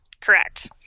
Correct